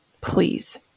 please